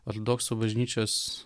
ortodoksų bažnyčios